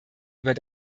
über